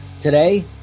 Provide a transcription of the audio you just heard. Today